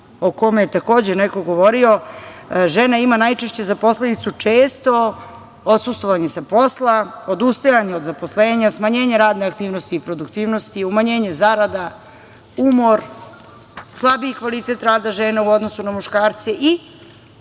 o kome je takođe neko govorio, žena ima najčešće za posledicu često odsustvovanje sa posla, odustajanje od zaposlenja, smanjenje radne aktivnosti i produktivnosti, umanjenje zarada, umor, slabiji kvalitet rada žena u odnosu na muškarce i